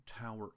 tower